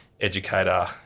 educator